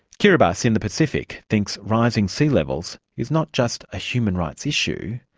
kiribati in the pacific thinks rising sea levels is not just a human rights issue.